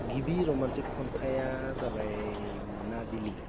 गिबि रमान्टिक खन्थाइआ जाबाय मोनाबिलि